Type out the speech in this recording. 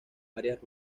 áreas